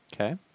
Okay